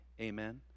Amen